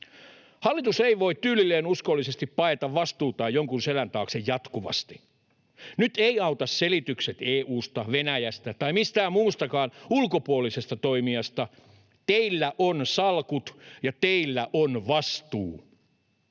Hallitus ei voi tyylilleen uskollisesti paeta vastuutaan jonkun selän taakse jatkuvasti. Nyt ei auta selitykset EU:sta, Venäjästä tai mistään muustakaan ulkopuolisesta toimijasta. Teillä on salkut, ja teillä on vastuu.